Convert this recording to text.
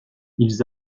ils